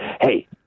Hey